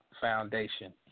foundation